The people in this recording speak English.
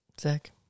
Zach